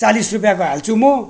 चालिस रुपियाँको हाल्छु म